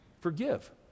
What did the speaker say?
forgive